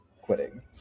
quitting